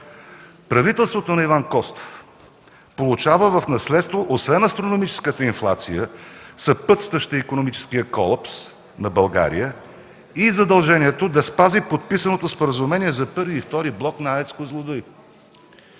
Правителството на Иван Костов получава в наследство освен астрономическата инфлация, съпътстваща икономическия колапс на България, и задължението да спази подписаното споразумение за І и ІІ блок на АЕЦ „Козлодуй”.